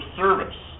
service